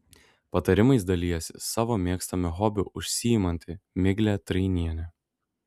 patarimais dalijasi savo mėgstamu hobiu užsiimanti miglė trainienė